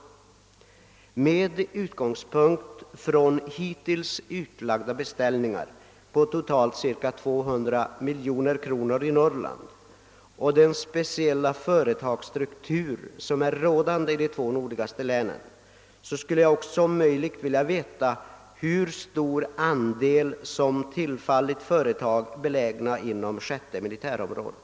Med utgångspunkt från hittills utlagda beställningar i Norrland på totalt ca 200 miljoner kronor och den speciella företagsstruktur som råder i de två nordligaste länen skulle jag också vilja veta hur stor andel av dessa beställningar som tillfallit företag belägna inom 6:e militärområdet.